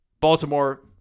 Baltimore